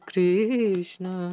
Krishna